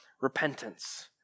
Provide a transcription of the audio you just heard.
repentance